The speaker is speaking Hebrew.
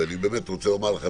ואני רוצה לומר לכם,